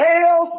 Hell